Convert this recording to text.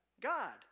God